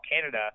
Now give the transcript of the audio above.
Canada